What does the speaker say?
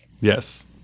Yes